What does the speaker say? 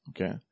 Okay